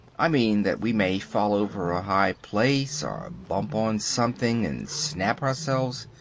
i mean that we may fall over a high place or bump on something, and snap ourselves.